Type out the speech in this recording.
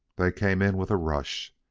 they came in with a rush,